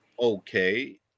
okay